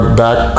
back